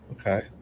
Okay